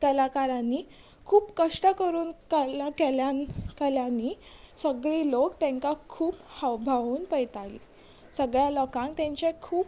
कलाकारांनी खूब कश्ट करून कला केल्यान कलांनी सगळी लोक तेंकां खूब हावभावून पयतालीं सगळ्या लोकांक तेंचें खूब